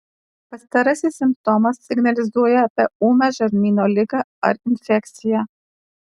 pastarasis simptomas signalizuoja apie ūmią žarnyno ligą ar infekciją